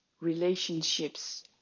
relationships